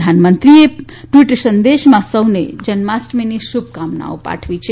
પ્રધાનમંત્રી એ ટવીટ સંદેશામાં સૌને જન્માષ્ટમીની શુભકામનાઓ પાઠવી છે